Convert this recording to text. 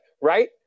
right